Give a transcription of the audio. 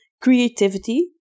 creativity